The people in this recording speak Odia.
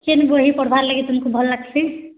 କେନ୍ ବହି ପଢ଼୍ବାର୍ ଲାଗି ତୁମ୍କୁ ଭଲ୍ ଲାଗ୍ସି